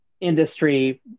industry